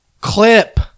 clip